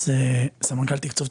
סמנכ"ל תקצוב,